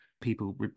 people